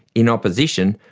it opposition,